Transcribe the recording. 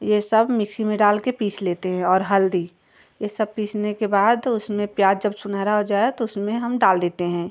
यह सब मिक्सी में डालकर पीस लेते हैं और हल्दी यह सब पीसने के बाद उसमें प्याज़ जब सुनहरा हो जाए तो उसमें हम डाल देते हैं